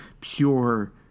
pure